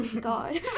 God